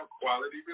quality